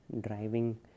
driving